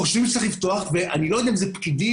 חושבים שצריך לפתוח ואני לא יודע אם זה פקידים